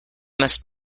must